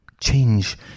Change